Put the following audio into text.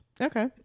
Okay